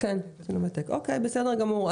בסדר גמור.